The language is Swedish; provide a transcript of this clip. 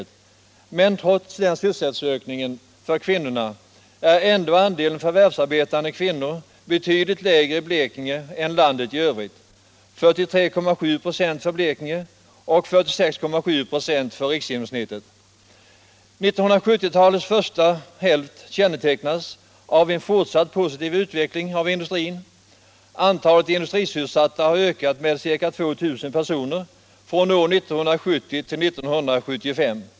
Trots denna sysselsättningsökning för kvinnorna är andelen för värvsarbetande kvinnor betydligt lägre i Blekinge än i övriga delar av landet: 43,7 96 för Blekinge och 46,7 ?6 för riksgenomsnittet. 1970-talets första hälft kännetecknas av en fortsatt positiv utveckling av industrin. Antalet industrisysselsatta i länet har ökat med ca 2000 personer från år 1970 till år 1975.